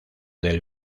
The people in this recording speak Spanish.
del